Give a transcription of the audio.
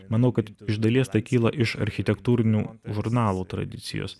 manau kad iš dalies tai kyla iš architektūrinių žurnalų tradicijos